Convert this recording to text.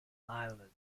island